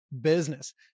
business